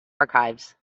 archives